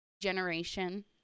generation